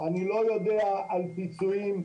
אני לא יודע על פיצויים,